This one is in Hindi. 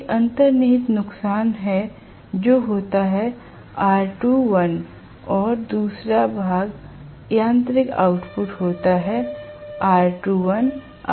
एक अंतर्निहित नुकसान है जो होता है और दूसरा भाग यांत्रिक आउटपुट होता है